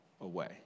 away